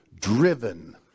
driven